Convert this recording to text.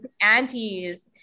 aunties